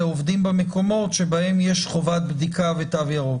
עובדים במקומות שבהם יש חובת בדיקה או תו ירוק?